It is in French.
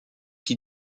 qui